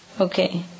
Okay